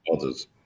others